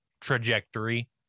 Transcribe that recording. trajectory